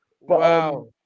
Wow